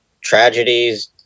tragedies